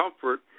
comfort